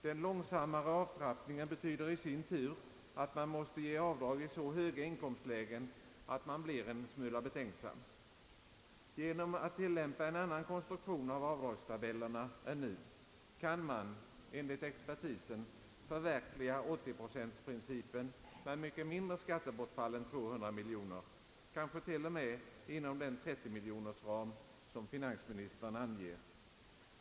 Den långsammare avtrappningen betyder i sin tur att avdrag måste tillåtas i så höga inkomstlägen att man blir en smula betänksam. Genom att tillämpa en annan konstruktion av avdragstabellerna än nu kan man enligt expertisen förverkliga 80-procentsprincipen med mycket mindre skattebortfall än 200 miljoner kronor — kanske till och med inom den 30-miljonersram som finansministern anger.